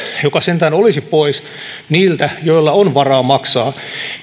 joka sentään olisi pois niiltä joilla on varaa maksaa